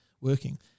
working